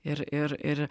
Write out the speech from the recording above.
ir ir ir